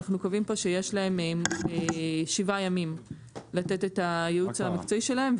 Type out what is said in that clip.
אנחנו קובעים פה שיש להם שבעה ימים לתת את הייעוץ המקצועי שלהם,